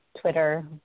Twitter